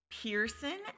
Pearson